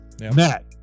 matt